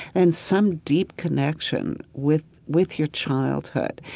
and some deep connection with with your childhood.